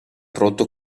prodotto